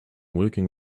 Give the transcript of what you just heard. working